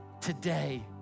today